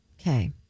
Okay